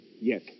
Yes